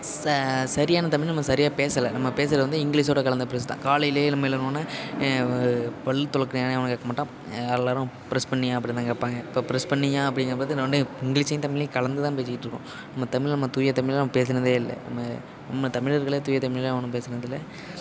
ச சரியான தமிழ் நம்ம சரியாக பேசல நம்ம பேசுறது வந்து இங்லீஷோடய கலந்து தான் பேசுதோம் காலையிலே நம்ம எழுந்தோன்ன பல் துலக்குனியான்னு எவனும் கேட்க மாட்டான் எல்லோரும் ப்ரஷ் பண்ணுணியா அப்படின் தான் கேட்பாங்க இப்போ ப்ரஷ் பண்ணுணியா அப்படிங்கம் போது நான் உட்னே இங்லீஷையும் தமிழையும் கலந்து தான் பேசிட்டுருக்கோம் நம்ம தமிழை நம்ம தூய தமிழாக நம்ம பேசினதே இல்லை நம்ம நம்ம தமிழர்களே தூய தமிழில் எவனும் பேசுனதில்லை